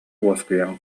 уоскуйан